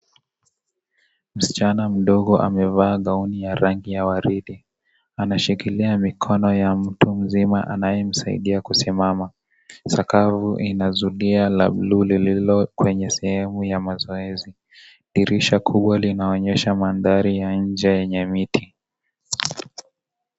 Msichana mdogo amevaa gauni ya rangi ya waridi, anashikilia mikono ya mtu mzima anayemsaidia kusimama, sakafu ina zundia la buluu lilo kwenye sehumu ya mazoezi, dirisha kubwa linaonyesha mandhari ya nje yenye miti.